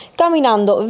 camminando